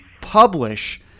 publish